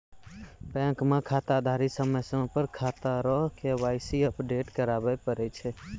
bank मे खाताधारी समय समय पर खाता रो के.वाई.सी अपडेट कराबै पड़ै छै